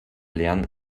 lernen